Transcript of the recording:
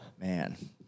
Man